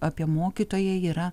apie mokytoją yra